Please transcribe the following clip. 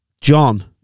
John